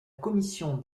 commission